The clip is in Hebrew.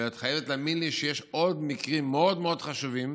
ואת חייבת להאמין לי שיש עוד מקרים מאוד מאוד חשובים,